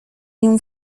nią